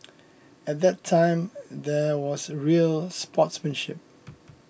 at that time there was real sportsmanship